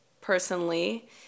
personally